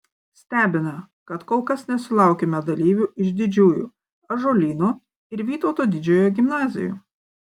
stebina kad kol kas nesulaukėme dalyvių iš didžiųjų ąžuolyno ir vytauto didžiojo gimnazijų